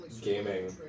gaming